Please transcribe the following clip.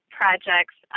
projects